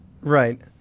Right